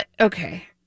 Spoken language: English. okay